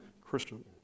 Christian